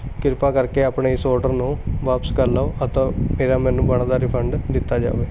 ਕਿਰਪਾ ਕਰਕੇ ਆਪਣੇ ਇਸ ਔਡਰ ਨੂੰ ਵਾਪਸ ਕਰ ਲਓ ਅਤੇ ਮੇਰਾ ਮੈਨੂੰ ਬਣਦਾ ਰਿਫੰਡ ਦਿੱਤਾ ਜਾਵੇ